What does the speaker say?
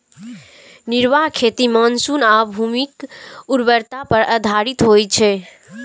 निर्वाह खेती मानसून आ भूमिक उर्वरता पर आधारित होइ छै